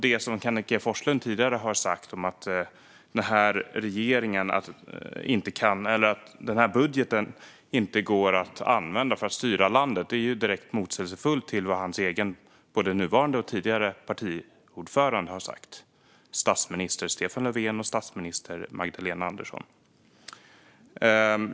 Det som Kenneth G Forslund tidigare har sagt om att den här budgeten inte går att använda för att styra landet säger ju direkt emot vad både hans egen nuvarande och tidigare partiordförande har sagt, alltså den tidigare statsministern Stefan Löfven och statsminister Magdalena Andersson.